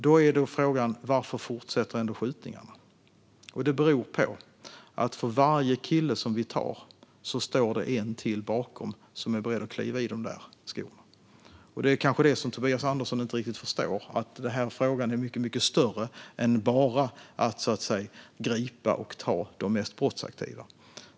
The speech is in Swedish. Då är frågan: Varför fortsätter ändå skjutningarna? Det beror på följande: För varje kille vi tar står det en till bakom honom som är beredd att kliva i hans skor. Det är kanske det som Tobias Andersson inte förstår, det vill säga att den här frågan är mycket större än att man löser den enbart genom att gripa de mest brottsaktiva.